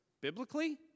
biblically